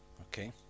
okay